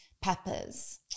peppers